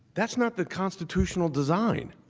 that's not the constitutional design